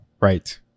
Right